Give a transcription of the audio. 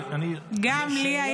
אני מחכה לשאלה.